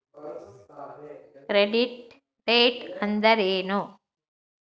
Credit rate ಅಂದರೆ ಏನು?